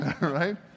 right